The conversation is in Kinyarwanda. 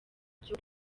cyo